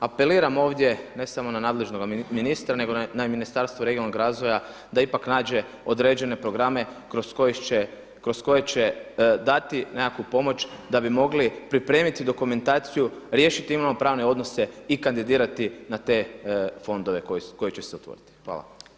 Apeliram ovdje ne samo na nadležnog ministra nego i na Ministarstvo regionalnog razvoja da ipak nađe određene programe kroz koje će dati nekakvu pomoć da bi mogli pripremiti dokumentaciju, riješiti imovno-pravne odnose i kandidirati na te fondove koji će se otvoriti.